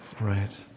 right